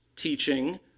teaching